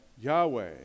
Yahweh